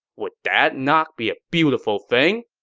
would that not be a beautiful thing?